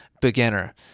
beginner